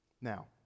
Now